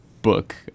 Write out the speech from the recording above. book